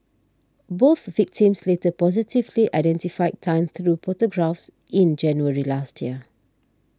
both victims later positively identified Tan through photographs in January last year